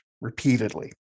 repeatedly